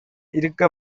இருக்க